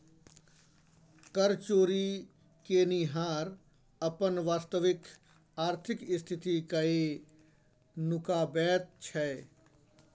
कर चोरि केनिहार अपन वास्तविक आर्थिक स्थिति कए नुकाबैत छै